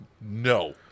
No